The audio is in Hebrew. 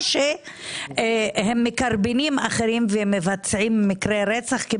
או הם מקרבנים אחרים ומבצעים מקרי רצח פכי